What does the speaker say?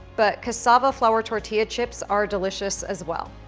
but cassava flour tortilla chips are delicious as well.